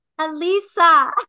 alisa